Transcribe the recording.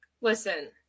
listen